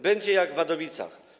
Będzie jak w Wadowicach.